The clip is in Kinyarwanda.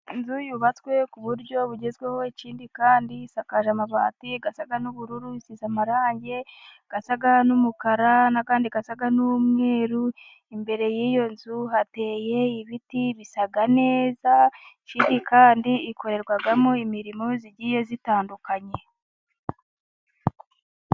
Inzu yubatswe ku buryo bugezweho, ikindi kandi isakaje amabati asa n'ubururu, isize amarangi asa n'umukara n'ayandi asa n'umweru, imbere y'iyo nzu hateye ibiti bisa neza, ikindi kandi ikorerwamo imirimo igiye itandukanye.